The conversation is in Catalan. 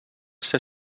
ser